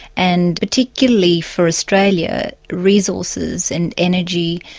and particularly for australia, resources and energy,